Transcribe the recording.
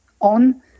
on